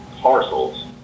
parcels